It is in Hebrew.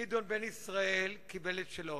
גדעון בן-ישראל קיבל את שלו,